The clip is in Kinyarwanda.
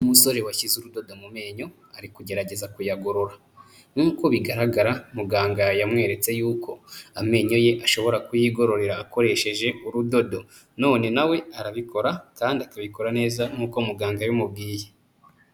Umusore washyize urudodo mu menyo, ari kugerageza kuyagorora. Nk'uko bigaragara, muganga yamweretse yuko amenyo ye ashobora kuyigororera akoresheje urudodo. None na we arabikora kandi akabikora neza nk'uko muganga yabimubwiye.